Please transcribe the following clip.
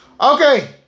Okay